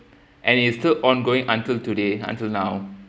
and it's still ongoing until today until now